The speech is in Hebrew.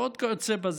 ועוד כיוצא בזה.